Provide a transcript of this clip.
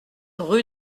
rue